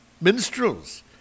Minstrels